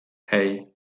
hey